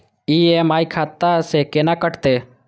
EMI खाता से केना कटते?